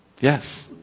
Yes